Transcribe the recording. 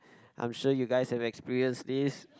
I'm sure you guys have experienced this